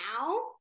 now